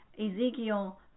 Ezekiel